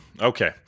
okay